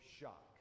shock